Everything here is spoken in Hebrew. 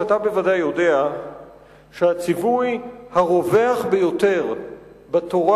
אתה בוודאי יודע שהציווי הרווח ביותר בתורה